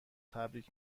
تبریک